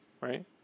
right